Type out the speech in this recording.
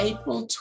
April